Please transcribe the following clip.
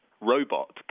robot